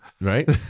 Right